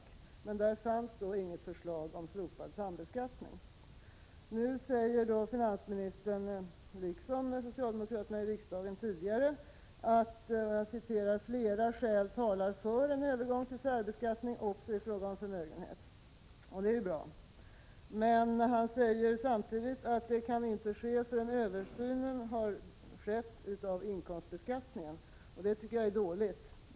I propositionen finns inget förslag om slopad sambeskattning. Nu säger finansministern — liksom socialdemokraterna tidigare har gjort — att ”flera skäl talar för en övergång till särbeskattning också i fråga om förmögenhet”. Det är bra. Men samtidigt säger han att det inte kan ske förrän översynen av inkomstbeskattningen har skett. Det tycker jag är dåligt.